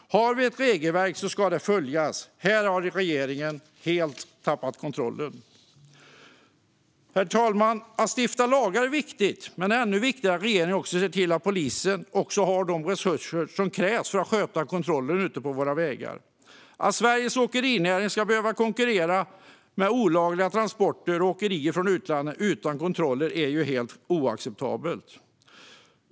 Har vi ett regelverk ska det följas. Här har regeringen helt tappat kontrollen. Herr talman! Att stifta lagar är viktigt, men det är ännu viktigare att regeringen ser till att polisen har de resurser som krävs för att sköta kontrollen ute på våra vägar. Att Sveriges åkerinäring ska behöva konkurrera med olagliga transporter och åkerier från utlandet utan kontroller är helt oacceptabelt.